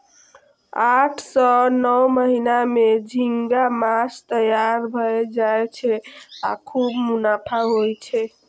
आठ सं नौ महीना मे झींगा माछ तैयार भए जाय छै आ खूब मुनाफा होइ छै